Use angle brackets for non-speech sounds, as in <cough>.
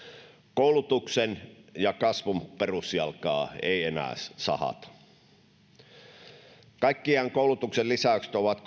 koulutuksen ja kasvun perusjalkaa ei enää sahata kaikkiaan koulutuksen lisäykset ovat <unintelligible>